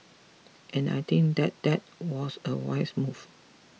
and I think that that was a wise move